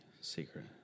Secret